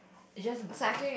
I just w~